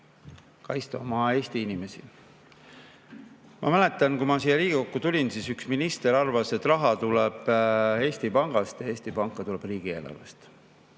kaitsta oma Eesti inimesi. Ma mäletan, kui ma siia Riigikokku tulin, siis üks minister arvas, et raha tuleb Eesti Pangast ja Eesti Panka tuleb riigieelarvest.